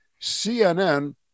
CNN